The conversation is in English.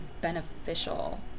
beneficial